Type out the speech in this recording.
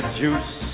juice